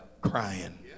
crying